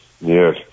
Yes